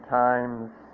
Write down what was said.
times